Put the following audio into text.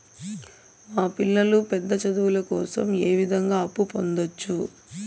మా పిల్లలు పెద్ద చదువులు కోసం ఏ విధంగా అప్పు పొందొచ్చు?